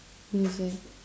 music